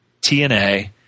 TNA –